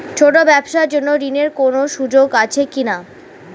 ছোট ব্যবসার জন্য ঋণ এর কোন সুযোগ আছে কি না?